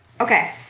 Okay